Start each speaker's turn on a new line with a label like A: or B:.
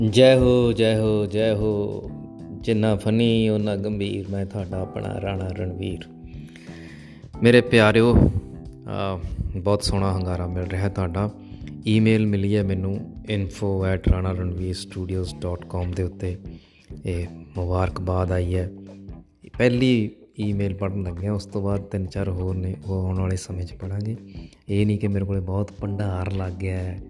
A: जय हो, जय हो, जय हो। जिन्ना funny, उन्ना गंभीर। मैं थाह्ड़ा अपना राणा रणवीर। मेरे प्यारेओ, अ, बहुत सोह्ना हंगारा मिल रहा है थाह्ड़ा। ईमेल मिली ऐ मैनू, info@ranaranvirstudios.com दे उत्ते। एह, मुबारकबाद आई ऐ। पैह्ली ईमेल पढ़न लग्गेआं, उस तो बाद तिन्न चार होर ने- होर औने आह्ले समें च पढ़ांगे। एह् निं कि मेरे कोल बहुत भंडार लाग्गेआ ऐ।